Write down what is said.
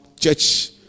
church